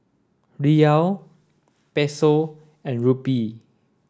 Riyal Peso and Rupee